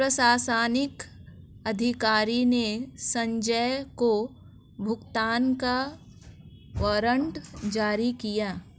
प्रशासनिक अधिकारी ने संजय को भुगतान का वारंट जारी किया